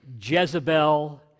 Jezebel